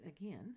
again